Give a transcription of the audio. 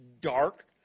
dark